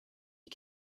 you